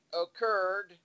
occurred